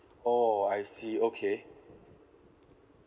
oh I see okay